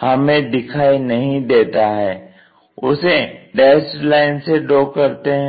हमें दिखाई नहीं देता है उसे डैस्ड लाइन से ड्रॉ करते हैं